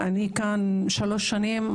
אני כאן שלוש שנים.